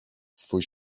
swój